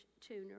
tuner